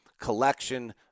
collection